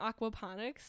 Aquaponics